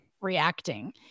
reacting